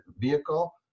vehicle